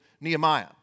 Nehemiah